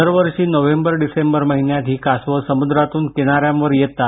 दरवर्षी November December महिन्यात ही कासवं समुद्रातून किनाऱ्यांवर येतात